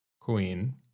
queen